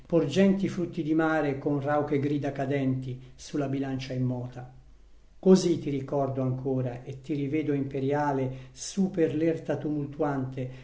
porgenti frutti di mare con rauche grida cadenti su la bilancia immota così ti ricordo ancora e ti rivedo imperiale su per l'erta tumultuante